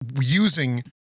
using